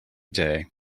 day